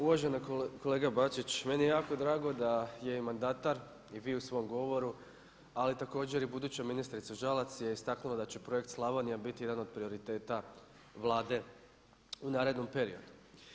Uvažena kolega Bačić, meni je jako drago da je i mandatar i vi u svom govoru ali također i buduća ministrica Žalac je istaknula da će projekt Slavonija biti jedan od prioriteta Vlade u narednom periodu.